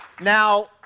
Now